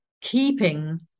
keeping